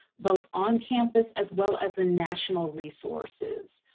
both on campus as well as the national resources.